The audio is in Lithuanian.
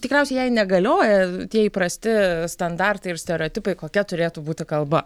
tikriausiai jai negalioja tie įprasti standartai ir stereotipai kokia turėtų būti kalba